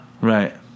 Right